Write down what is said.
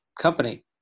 company